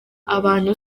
abantu